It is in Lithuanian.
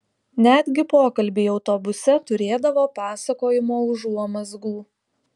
netgi pokalbiai autobuse turėdavo pasakojimo užuomazgų